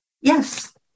Yes